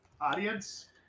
Audience